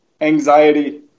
anxiety